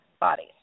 bodies